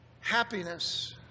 happiness